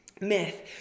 myth